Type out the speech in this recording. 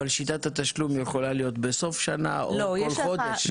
שיטת התשלום יכולה להיות בסוף שנה או בכל חודש.